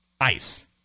ICE